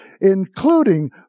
including